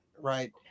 right